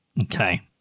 Okay